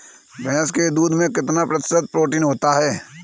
भैंस के दूध में कितना प्रतिशत प्रोटीन होता है?